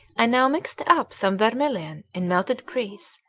i now mixed up some vermilion in melted grease,